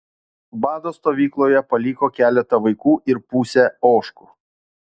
bado stovykloje paliko keletą vaikų ir pusę ožkų